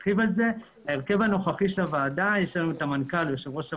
ההרכב הנוכחי של הוועדה: המנכ"ל הוא יושב-ראש הוועדה,